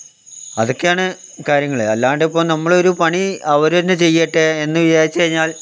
അതൊക്കെയാണ് കാര്യങ്ങൾ അല്ലാണ്ടിപ്പം നമ്മൾ ഒരു പണി അവർ തന്നെ ചെയ്യട്ടെ എന്ന് വിചാരിച്ചു കഴിഞ്ഞാൽ